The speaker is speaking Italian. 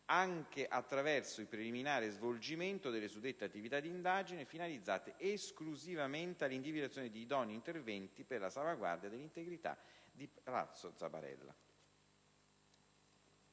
anche attraverso il preliminare svolgimento delle suddette attività di indagine, finalizzate esclusivamente all'individuazione di idonei interventi per la salvaguardia dell'integrità di Palazzo Zabarella.